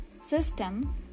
system